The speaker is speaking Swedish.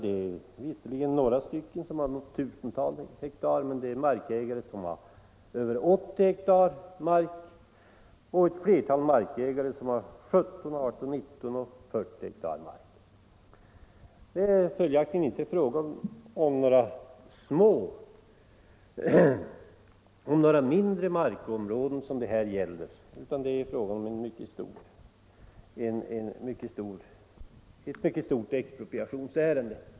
Det är ett par stycken som har något tusental hektar, det är markägare som har över 80 hektar och ett flertal har 40, 19, 18 och 17 hektar mark. Det är följaktligen inte fråga om några mindre markområden, utan det är fråga om ett mycket stort expropriationsärende.